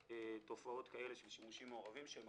תופעות כאלה של שימושים מעורבים שהם